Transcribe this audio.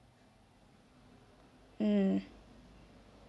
mm